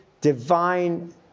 divine